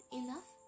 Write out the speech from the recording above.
enough